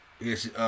Yes